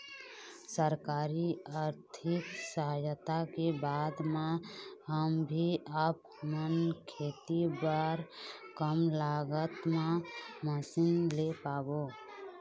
सरकारी आरथिक सहायता के बाद मा हम भी आपमन खेती बार कम लागत मा मशीन ले पाबो?